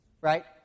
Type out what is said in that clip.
right